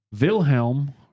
Wilhelm